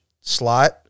slot